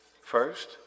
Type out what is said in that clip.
First